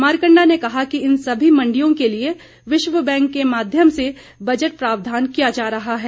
मारकंडा ने कहा कि इन सभी मंडियों के लिए विश्व बैंक के माध्यम से बजट प्रावधान किया जा रहा है